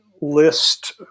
list